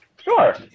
Sure